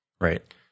Right